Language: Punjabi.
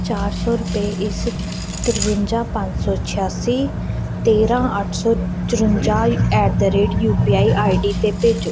ਚਾਰ ਸੌ ਰੁਪਏ ਇਸ ਤਰਵੰਜਾ ਪੰਜ ਸੌ ਛਿਆਸੀ ਤੇਰ੍ਹਾਂ ਅੱਠ ਸੌ ਚੁਰੰਜਾ at the rate U P I I D 'ਤੇ ਭੇਜੋ